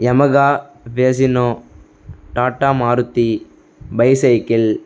Yamaha பெஸின்னோ Tata Maruti bicycle